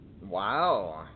Wow